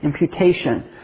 imputation